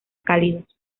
cálidos